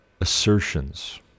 assertions